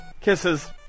Kisses